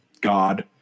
god